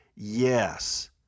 Yes